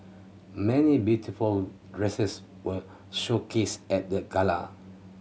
many beautiful dresses were showcased at the gala